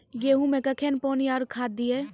गेहूँ मे कखेन पानी आरु खाद दिये?